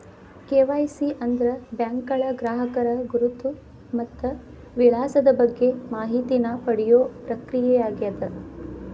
KYC ಅಂದ್ರ ಬ್ಯಾಂಕ್ಗಳ ಗ್ರಾಹಕರ ಗುರುತು ಮತ್ತ ವಿಳಾಸದ ಬಗ್ಗೆ ಮಾಹಿತಿನ ಪಡಿಯೋ ಪ್ರಕ್ರಿಯೆಯಾಗ್ಯದ